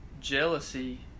Jealousy